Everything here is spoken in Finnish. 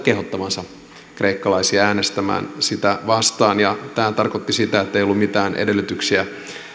kehottavansa kreikkalaisia äänestämään sitä vastaan tämähän tarkoitti sitä että ei ollut mitään edellytyksiä